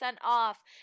off